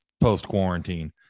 post-quarantine